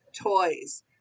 toys